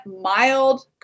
mild